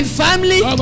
family